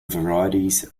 varieties